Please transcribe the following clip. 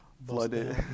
blooded